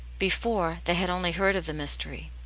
before, they had only heard of the mystery,